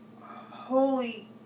holy